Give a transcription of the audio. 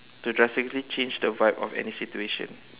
to drastically change the vibe of any situation